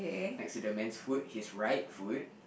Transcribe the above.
next to the man's foot his right foot